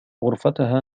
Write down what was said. غرفتها